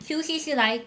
Q_C 是来